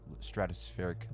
stratospheric